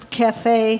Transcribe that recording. cafe